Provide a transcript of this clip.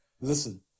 Listen